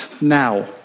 now